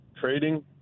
trading